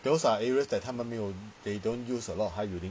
those are areas that 他们没有 they don't use a lot of high building